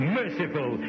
merciful